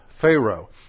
Pharaoh